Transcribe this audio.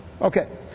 Okay